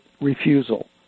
refusal